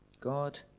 God